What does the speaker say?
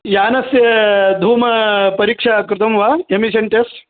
यानस्य धूमपरीक्षा कृतं वा एम्शन् ट ेस्ट्